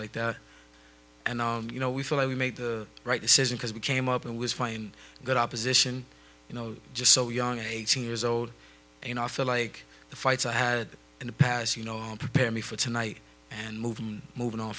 like that and you know we feel we made the right decision because we came up and was fine and good opposition you know just so young eighteen years old you know i feel like the fights i had in the past you know prepare me for tonight and moving moving on